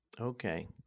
Okay